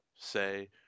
say